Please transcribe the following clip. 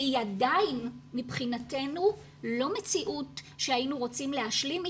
שהיא עדיין מבחינתנו לא מציאות שהיינו רוצים להשלים איתה,